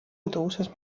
autobuses